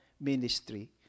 ministry